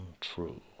true